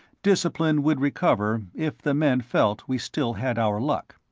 discipline would recover if the men felt we still had our luck.